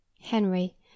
Henry